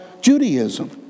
Judaism